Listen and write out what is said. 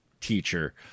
teacher